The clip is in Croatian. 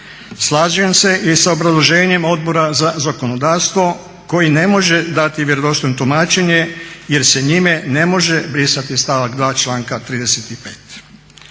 Slažem se i sa obrazloženjem Odbor za zakonodavstvo koji ne može dati vjerodostojno tumačenje jer se njime ne može brisati stavak 2. članka 35.